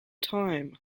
time